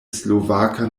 slovaka